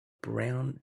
brown